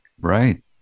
Right